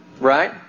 Right